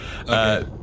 Okay